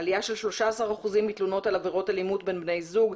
עלייה של 13% מתלונות על עבירות אלימות בין בני זוג,